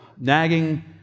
nagging